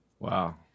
Wow